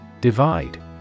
Divide